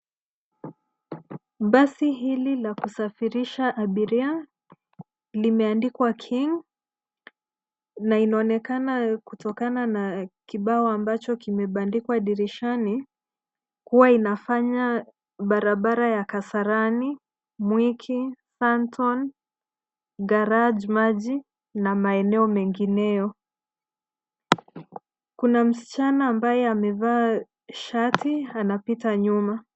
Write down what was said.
Basi hili la kusafirisha abiria limeandikwa [King] na inaonekana kutokana na kibao ambacho kimebandikwa dirishani, kuwa inafanya barabara ya Kasarani, Mwiki, Sunton, Garage, Maji na maeneo mengineyo. Kuna msichana ambaye amevaa shati anapita nyuma.